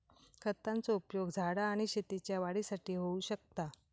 खतांचो उपयोग झाडा आणि शेतीच्या वाढीसाठी होऊ शकता